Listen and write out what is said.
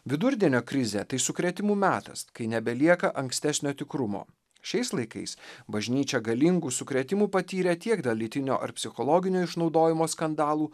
vidurdienio krizė tai sukrėtimų metas kai nebelieka ankstesnio tikrumo šiais laikais bažnyčia galingų sukrėtimų patyrė tiek dėl lytinio ar psichologinio išnaudojimo skandalų